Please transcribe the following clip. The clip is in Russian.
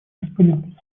господин